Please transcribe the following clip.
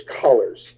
colors